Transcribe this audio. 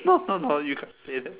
no no no you can't say that